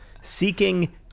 Seeking